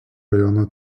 rajono